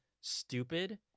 stupid